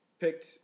Picked